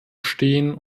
stehen